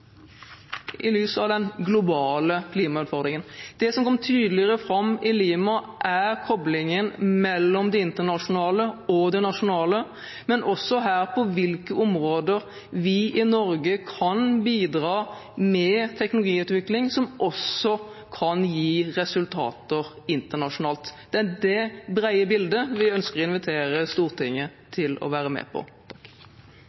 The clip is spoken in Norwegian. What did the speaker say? i lys av den globale klimautfordringen. Det som kom tydeligere fram i Lima, var koblingen mellom det internasjonale og det nasjonale, men også på hvilke områder vi i Norge kan bidra med teknologiutvikling, som også kan gi resultater internasjonalt. Det er det brede bildet vi ønsker å invitere Stortinget